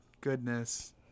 Goodness